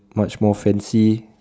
much more fancy